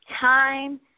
time